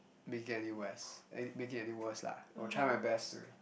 make it any worse~ make it any worse lah I'll try my best to